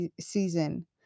season